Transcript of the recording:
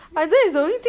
那个是